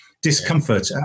discomfort